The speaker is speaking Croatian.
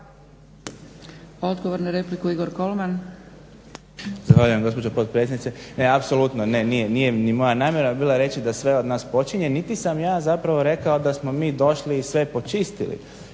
Odgovor na repliku Igor Kolman. **Kolman, Igor (HNS)** Zahvaljujem gospođo potpredsjednice. Ne apsolutno nije ni moja namjera bila reći da sve od nas počinje, niti sam ja zapravo rekao da smo mi došli i sve počistili.